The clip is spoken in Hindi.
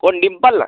कौन डिम्पल